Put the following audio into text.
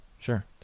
Sure